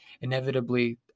Inevitably